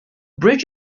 bridge